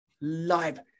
Live